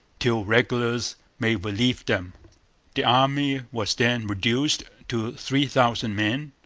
till regulars may relieve them the army was then reduced to three thousand men.